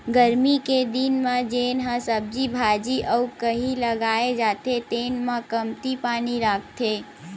गरमी के दिन म जेन ह सब्जी भाजी अउ कहि लगाए जाथे तेन म कमती पानी लागथे